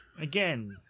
Again